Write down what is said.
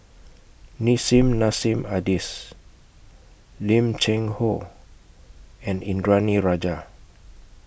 Nissim Nassim Adis Lim Cheng Hoe and Indranee Rajah